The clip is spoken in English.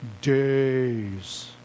days